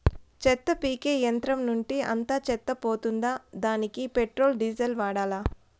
చెత్త పీకే యంత్రం నుండి అంతా చెత్త పోతుందా? దానికీ పెట్రోల్, డీజిల్ వాడాలా?